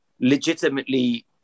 legitimately